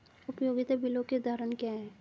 उपयोगिता बिलों के उदाहरण क्या हैं?